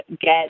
get